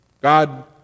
God